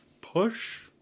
push